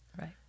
Right